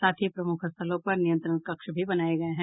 साथ ही प्रमुख स्थलों पर नियंत्रण कक्ष भी बनाये गये हैं